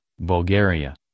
Bulgaria